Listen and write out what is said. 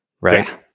right